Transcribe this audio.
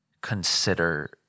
consider